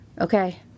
Okay